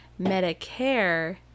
Medicare